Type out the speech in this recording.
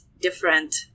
different